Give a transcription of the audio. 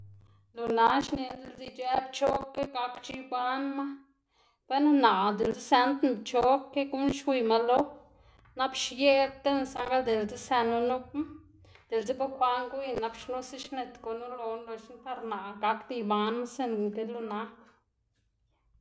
Luna xnená diꞌltse ic̲h̲ë pchog ki gakc̲h̲e ibanma bueno naꞌ diꞌltse sëndná pchog ki guꞌn xwiyma lo nap xiëtená saꞌngl diꞌltse sënu nupna diꞌltse bukwaꞌn gwiyná nap xnuse xnit gunu loná gunu loxna par naꞌ gakda ibanma sin guꞌn ki luna.